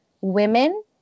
women